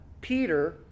Peter